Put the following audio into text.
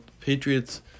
Patriots